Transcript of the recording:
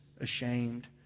ashamed